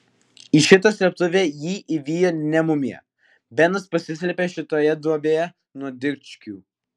į šitą slėptuvę jį įvijo ne mumija benas pasislėpė šitoje duobėje nuo dičkių